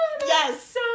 yes